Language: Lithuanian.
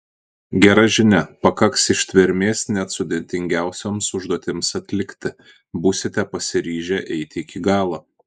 gera žinia pakaks ištvermės net sudėtingiausioms užduotims atlikti būsite pasiryžę eiti iki galo